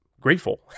grateful